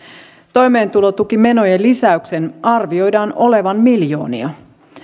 toimeentulotukimenojen lisäyksen arvioidaan olevan miljoonia